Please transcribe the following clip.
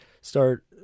start